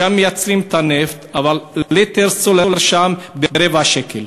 שם מייצרים את הנפט, אבל ליטר סולר שם ברבע שקל.